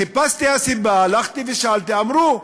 חיפשתי את הסיבה, הלכתי ושאלתי, אמרו: